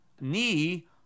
knee